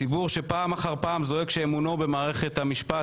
ציבור שפעם אחר פעם זועק שאמונו במערכת המשפט,